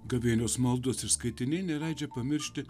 gavėnios maldos ir skaitiniai neleidžia pamiršti